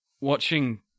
watching